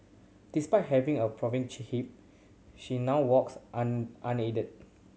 despite having a hip she now walks unaided